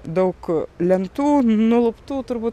daug lentų nuluptų turbūt